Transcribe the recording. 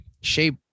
shape